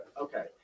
Okay